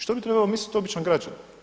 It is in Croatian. Što bi trebao misliti običan građanin?